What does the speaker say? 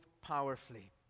powerfully